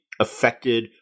affected